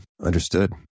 Understood